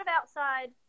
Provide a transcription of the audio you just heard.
outside